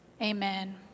Amen